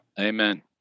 Amen